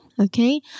Okay